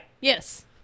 Yes